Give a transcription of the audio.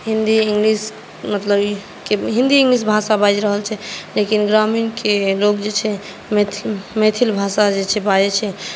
Hindi English मतलब ई Hindi English भाषा बाजि रहल छै लेकिन ग्रामीणके लोक जे छै मैथिल भाषा जे छै बाजै छै